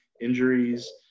injuries